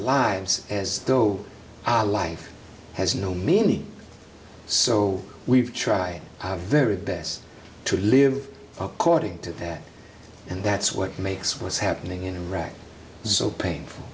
lives as though our life has no meaning so we've try our very best to live according to that and that's what makes what's happening in iraq so painful